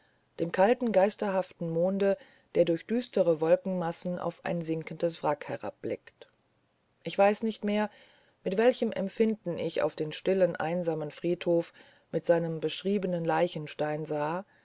dem kalten geisterhaften monde der durch düstere wolkenmassen auf ein sinkendes wrack herabblickt ich weiß nicht mehr mit welchem empfinden ich auf den stillen einsamen friedhof mit seinem beschriebenen leichenstein sah